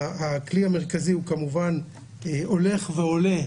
הכלי המרכזי הוא כמובן הולך ועולה,